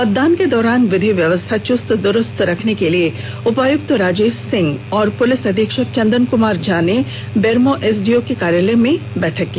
मतदान के दौरान विधि व्यवस्था चुस्त द्रुस्त रखने के लिए उपायक्त राजेश सिंह और पुलिस अधीक्षक चंदन कुमार झा ने बेरमो एसडीओ के कार्यालय में मैराथन बैठक की